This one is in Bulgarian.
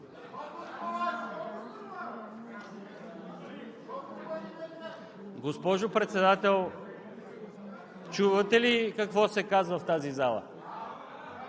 Госпожо Председател, чувате ли какво се казва в тази зала?